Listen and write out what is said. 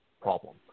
problem